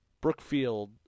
Brookfield